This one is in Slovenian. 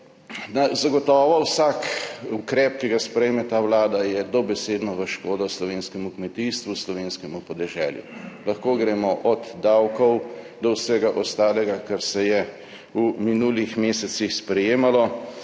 Zagotovo vsak ukrep, ki ga sprejme ta Vlada je dobesedno v škodo slovenskemu kmetijstvu, slovenskemu podeželju. Lahko gremo od davkov do vsega ostalega, kar se je v minulih mesecih sprejemalo,